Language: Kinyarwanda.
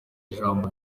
ijambo